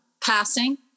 passing